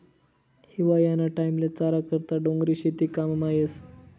हिवायाना टाईमले चारा करता डोंगरी शेती काममा येस